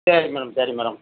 சரி மேடம் சரி மேடம்